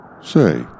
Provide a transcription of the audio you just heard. Say